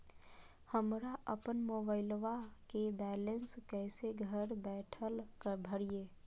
हमरा अपन मोबाइलबा के बैलेंस कैसे घर बैठल भरिए?